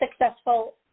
successful